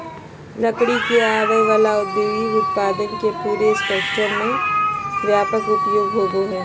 लकड़ी से आवय वला औद्योगिक उत्पादन के पूरे स्पेक्ट्रम में व्यापक उपयोग होबो हइ